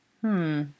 Hmm